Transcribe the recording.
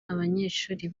abanyeshuri